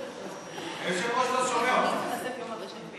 היושב-ראש לא שומע אותך בכלל.